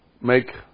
make